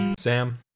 Sam